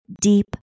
deep